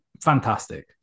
Fantastic